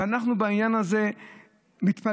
ואנחנו בעניין הזה מתפלאים,